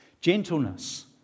Gentleness